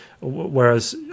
Whereas